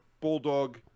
Bulldog